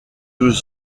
deux